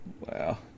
Wow